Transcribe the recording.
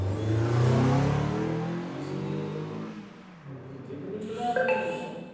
ଆଉ କୌଣସି ହିନ୍ଦୀ ଫିଲିମ୍ ବେଲେ ଆମେ ନାଇଁଁ ଦେଖୁଁ